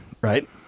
Right